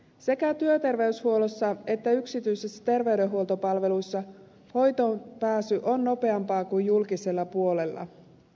sekä työterveyshuollossa että yksityisessä terveydenhuoltopalveluissa hoitoonpääsy on nopeampaa kuin julkisella puolella